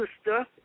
sister